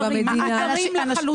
במדינה.